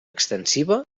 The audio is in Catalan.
extensiva